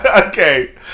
Okay